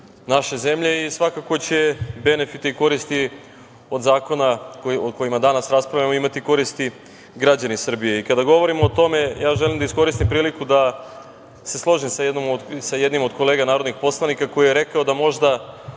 naše zemlje i svakako će benefite i koristi od zakona o kojima danas raspravljamo imati koristi građani Srbije. Kada govorimo o tome, ja želim da iskoristim priliku da se složim sa jednim od kolega narodnih poslanika koji je rekao da možda